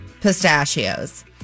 Pistachios